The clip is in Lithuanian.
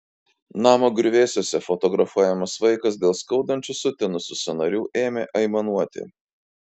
namo griuvėsiuose fotografuojamas vaikas dėl skaudančių sutinusių sąnarių ėmė aimanuoti